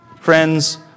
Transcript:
friends